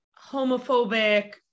homophobic